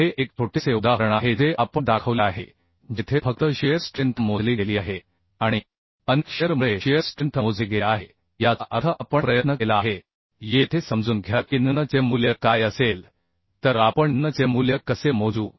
तर हे एक छोटेसे उदाहरण आहे जे आपण दाखवले आहे जेथे फक्त शिअर स्ट्रेंथ मोजली गेली आहे आणि अनेक शिअर मुळे शिअर स्ट्रेंथ मोजले गेले आहे याचा अर्थ आपण प्रयत्न केला आहे येथे समजून घ्या की nn चे मूल्य काय असेल तर आपण nn चे मूल्य कसे मोजू